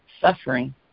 suffering